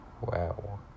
wow